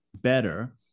better